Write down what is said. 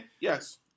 Yes